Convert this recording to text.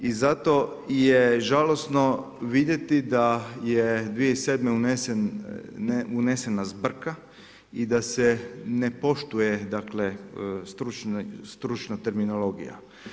I zato je žalosno vidjeti, da je 2007. unesena zbrka i da se ne poštuje dakle, stručna terminologija.